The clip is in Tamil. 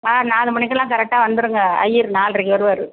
ஆ நாலு மணிக்கெல்லாம் கரெக்டாக வந்துடுங்க ஐயர் நால்ரைக்கு வருவார்